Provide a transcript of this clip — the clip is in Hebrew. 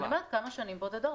אני אומרת, כמה שנים בודדות.